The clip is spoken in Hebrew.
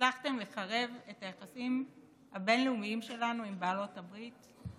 הצלחתם לקרב את היחסים הבין-לאומיים שלנו עם בעלות הברית?